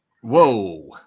Whoa